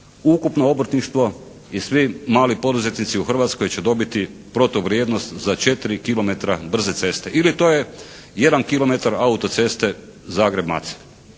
Ukupno obrtništvo i svi mali poduzetnici u Hrvatskoj će dobiti protuvrijednost za 4 kilometra brze ceste ili to je 1 kilometar autoceste Zagreb-Macelj.